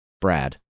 Brad